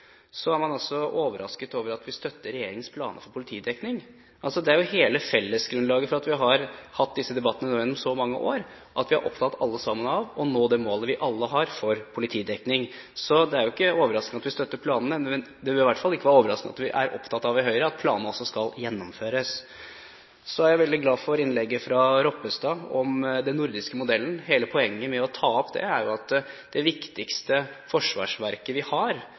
Så er man også overrasket over at vi støtter regjeringens planer for politidekning. Hele fellesgrunnlaget for at vi har hatt disse debattene gjennom så mange år, er at vi alle sammen er opptatt av å nå det målet vi alle har for politidekning. Så det er ikke overraskende at vi støtter planene; det ville i hvert fall ikke vært overraskende at vi i Høyre er opptatt av at planene også skal gjennomføres. Så er jeg veldig glad for innlegget fra Ropstad om den nordiske modellen. Hele poenget med å ta opp det er at det viktigste forsvarsverket vi har,